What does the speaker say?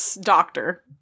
doctor